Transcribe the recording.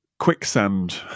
quicksand